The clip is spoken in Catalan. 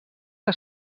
que